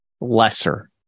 lesser